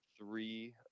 three